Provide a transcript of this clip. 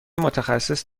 متخصص